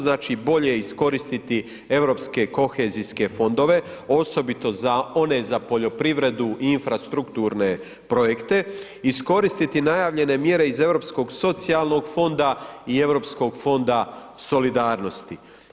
Znači bolje iskoristiti Europske kohezijske fondove, osobito one za poljoprivredu i infrastrukturne projekte, iskoristiti najavljene mjere iz Europskog socijalnog fonda i Europskog fonda solidarnosti.